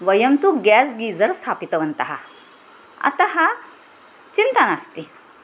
वयं तु gas geyser स्थापितवन्तः अतः चिन्ता नास्ति